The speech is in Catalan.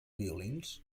violins